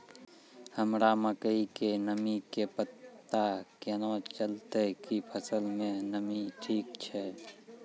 हमरा मकई के नमी के पता केना चलतै कि फसल मे नमी ठीक छै?